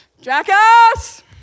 jackass